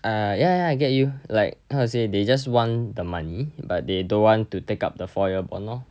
uh ya ya I get you like how to say they just want the money but they don't want to take up the four year bond lor